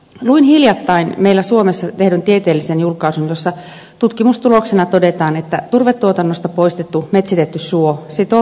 luin hiljattain meillä suomessa tehdyn tieteellisen julkaisun jossa tutkimustuloksena todetaan että turvetuotannosta poistettu metsitetty suo sitoo päästämänsä hiilen